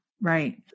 Right